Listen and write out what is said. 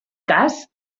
cas